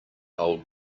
old